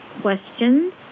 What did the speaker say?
questions